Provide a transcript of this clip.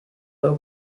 low